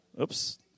Oops